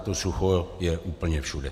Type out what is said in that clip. To sucho je úplně všude.